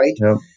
right